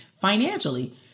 financially